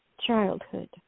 Childhood